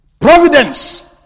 Providence